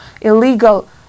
illegal